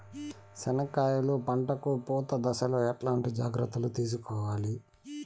చెనక్కాయలు పంట కు పూత దశలో ఎట్లాంటి జాగ్రత్తలు తీసుకోవాలి?